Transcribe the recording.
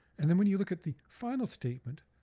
and then when you look at the final statement,